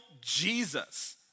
Jesus